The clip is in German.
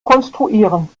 konstruieren